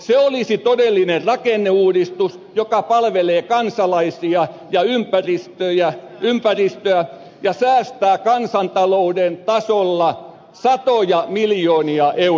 se olisi todellinen rakenneuudistus joka palvelee kansalaisia ja ympäristöä ja säästää kansantalouden tasolla satoja miljoonia euroja